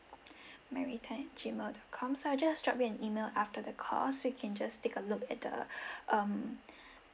mary Tan at gmail dot com so I'll just drop you an email after the call so you can just take a look at the um